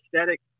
aesthetic